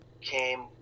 came